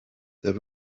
there